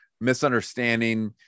misunderstanding